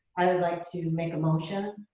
i would like to make a motion.